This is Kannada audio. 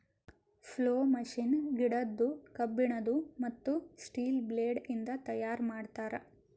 ಪ್ಲೊ ಮಷೀನ್ ಗಿಡದ್ದು, ಕಬ್ಬಿಣದು, ಮತ್ತ್ ಸ್ಟೀಲ ಬ್ಲೇಡ್ ಇಂದ ತೈಯಾರ್ ಮಾಡ್ತರ್